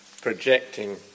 projecting